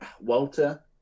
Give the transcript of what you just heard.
Walter